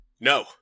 No